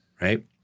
right